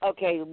Okay